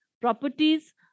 properties